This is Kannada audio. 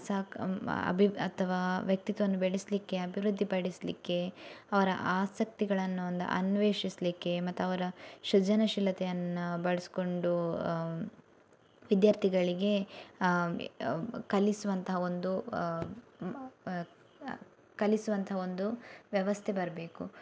ಸಾಕು ಅಬಿ ಅಥವಾ ವ್ಯಕ್ತಿತ್ವವನ್ನು ಬೆಳೆಸಲಿಕ್ಕೆ ಅಭಿವೃದ್ಧಿಪಡಿಸಲಿಕ್ಕೆ ಅವರ ಆಸಕ್ತಿಗಳನ್ನು ಒಂದು ಅನ್ವೇಷಿಸಲಿಕ್ಕೆ ಮತ್ತು ಅವರ ಸೃಜನಶೀಲತೆಯನ್ನು ಬಳಸ್ಕೊಂಡು ವಿದ್ಯಾರ್ಥಿಗಳಿಗೆ ಕಲಿಸುವಂಥ ಒಂದು ಕಲಿಸುವಂಥ ಒಂದು ವ್ಯವಸ್ಥೆ ಬರಬೇಕು